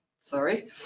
Sorry